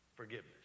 forgiveness